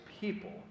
people